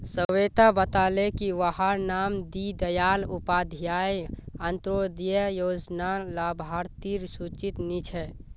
स्वेता बताले की वहार नाम दीं दयाल उपाध्याय अन्तोदय योज्नार लाभार्तिर सूचित नी छे